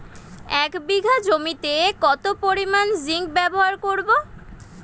এক বিঘা জমিতে কত পরিমান জিংক ব্যবহার করব?